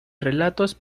relatos